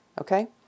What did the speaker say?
Okay